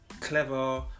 clever